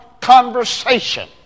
conversation